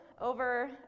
over